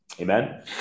Amen